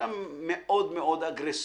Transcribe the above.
שם מאוד-מאוד אגרסיביים,